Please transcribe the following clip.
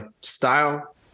style